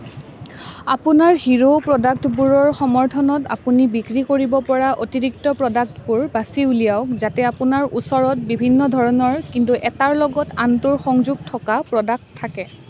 আপোনাৰ হিৰ' প্ৰডাক্টবোৰৰ সমৰ্থনত আপুনি বিক্ৰী কৰিব পৰা অতিৰিক্ত প্ৰডাক্টবোৰ বাছি উলিয়াওক যাতে আপোনাৰ ওচৰত বিভিন্ন ধৰণৰ কিন্তু এটাৰ লগত আনটোৰ সংযোগ থকা প্ৰডাক্ট থাকে